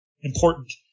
important